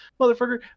Motherfucker